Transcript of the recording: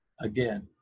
Again